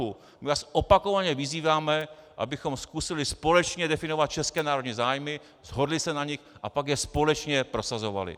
My vás opakovaně vyzýváme, abychom zkusili společně definovat české národní zájmy, shodli se na nich a pak je společně prosazovali.